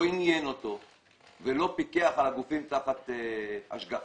לא עניין אותו ולא פיקח על הגופים תחת השגחתו